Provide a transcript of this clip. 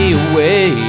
away